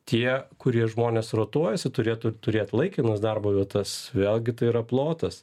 tie kurie žmonės rotuojasi turėtų turėt laikinas darbo vietas vėlgi tai yra plotas